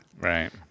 Right